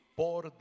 por